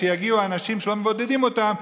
שיגיעו אנשים שלא מבודדים אותם,